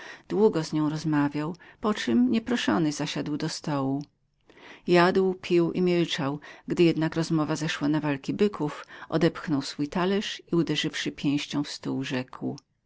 długo z nią rozmawiał poczem nieproszony zasiadł do stołu jadł pił i milczał gdy jednak wszczęła się rozmowa o walkach byków odepchnął swój talerz i uderzywszy pięścią w stół rzekł